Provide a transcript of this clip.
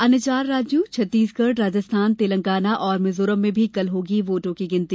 अन्य चार राज्यों छत्तीसगढ़ राजस्थान तेलगांना और मिजोरम में भी कल होगी वोटों की गिनती